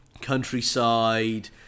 countryside